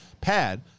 Pad